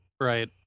Right